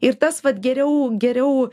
ir tas vat geriau geriau